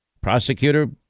Prosecutor